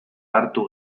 hartu